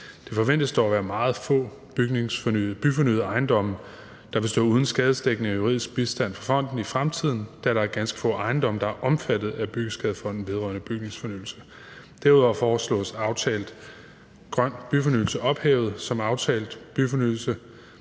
Det forventes dog at være meget få byfornyede ejendomme, der vil stå uden skadesdækning og juridisk bistand fra fonden i fremtiden, da der er ganske få ejendomme, der er omfattet af Byggeskadefonden vedrørende Bygningsfornyelse. Derudover foreslås aftalt grøn byfornyelse ophævet. Aftalt grøn byfornyelse